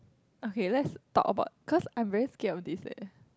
okay let's talk about cause I'm very scared of this leh